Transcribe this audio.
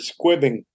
squibbing